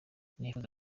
nifuje